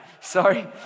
Sorry